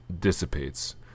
dissipates